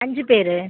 அஞ்சு பேர்